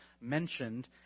mentioned